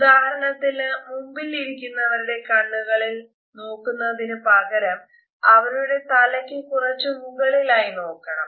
ഉദാഹരണത്തിന് മുമ്പിൽ ഇരിക്കുന്നവരുടെ കണ്ണുകളിൽ നോക്കുന്നതിന് പകരം അവരുടെ തലയ്ക്കു കുറച്ചു മുകളിലായി നോക്കണം